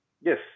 Yes